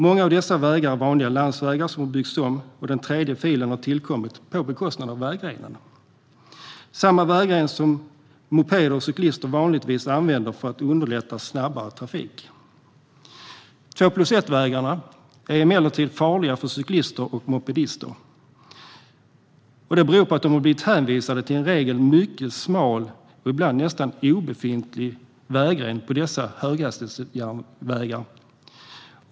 Många av dessa vägar är vanliga landsvägar som har byggts om. Den tredje filen har tillkommit på bekostnad av vägrenen, samma vägren som mopeder och cyklister vanligtvis använder för att underlätta för snabbare trafik. Två-plus-ett-vägarna är emellertid farliga för cyklister och mopedister. Det beror på att de blivit hänvisade till en i regel mycket smal, ibland närmast obefintlig, vägren på dessa höghastighetsvägar.